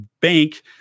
bank